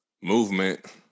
movement